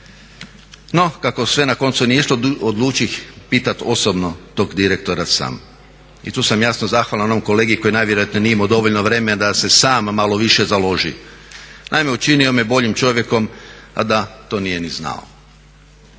No kako sve na koncu nije išlo odlučih pitati osobno tog direktora sam. I tu sam jasno zahvalan onom kolegi koji najvjerojatnije nije imao dovoljno vremena da se sam malo više založi. Naime učinio me boljim čovjekom, a da to nije ni znao.